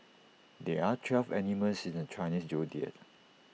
there are twelve animals in the Chinese Zodiac